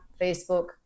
Facebook